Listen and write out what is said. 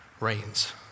reigns